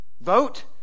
Vote